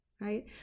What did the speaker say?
right